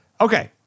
Okay